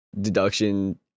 deduction